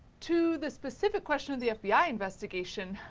to the specific questions of the fbi investigation,